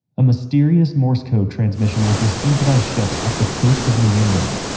a mysterious morse code transmission was received by ships off the coast of new england.